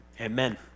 Amen